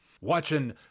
watching